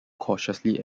cautiously